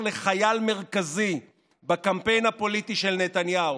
לחייל מרכזי בקמפיין הפוליטי של נתניהו.